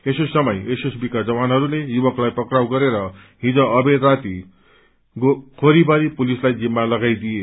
यसै समय एसएसबी का जवानहरूले युवकलाई पक्राउ गरेर हिज अवेर राति खेरीबारी पुलिसलाई जिम्मा लागाइदिए